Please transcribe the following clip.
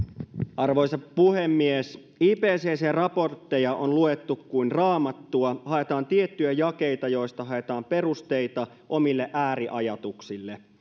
arvoisa puhemies ipccn raportteja on luettu kuin raamattua haetaan tiettyjä jakeita joista haetaan perusteita omille ääriajatuksille